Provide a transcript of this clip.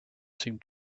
seemed